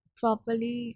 properly